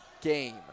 game